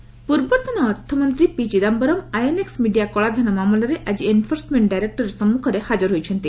Chidambaram ED ପୂର୍ବତନ ଅର୍ଥମନ୍ତ୍ରୀ P Chidambaram INX media କଳାଧନ ମାମଲାରେ ଆଜି ଏନ୍ଫୋର୍ସମେଣ୍ଟ ଡାଇରେକ୍ଟୋରେଟ୍ ସମ୍ମୁଖରେ ହାଜର ହୋଇଛନ୍ତି